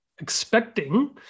expecting